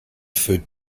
food